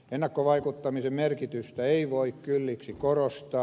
ennakkovaikuttamisen merkitystä ei voi kylliksi korostaa